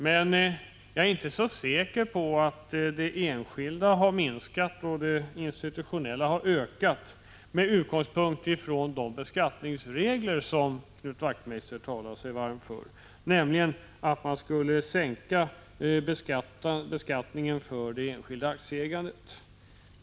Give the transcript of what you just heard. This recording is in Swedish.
Men jag är inte så säker på att det enskilda har minskat och det institutionella har ökat med utgångspunkt i de beskattningsregler som Knut Wachtmeister talar sig varm för, nämligen att man skall minska beskattningen för det enskilda aktieägandet.